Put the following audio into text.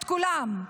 את כולם,